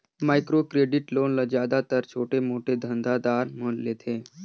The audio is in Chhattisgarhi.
माइक्रो क्रेडिट लोन ल जादातर छोटे मोटे धंधा दार मन लेथें